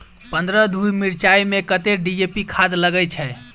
पन्द्रह धूर मिर्चाई मे कत्ते डी.ए.पी खाद लगय छै?